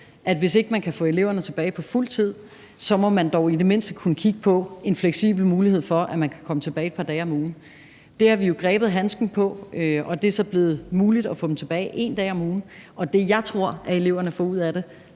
at hvis ikke man kan få eleverne tilbage på fuld tid, så må man dog i det mindste kunne kigge på en fleksibel mulighed for, at de kan komme tilbage et par dage om ugen. Der har vi jo grebet handsken, og det er så blevet muligt at få dem tilbage én dag om ugen, og det, som jeg tror eleverne får ud af det,